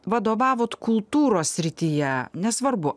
vadovavot kultūros srityje nesvarbu